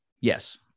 yes